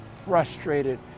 frustrated